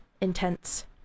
intense